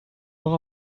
noch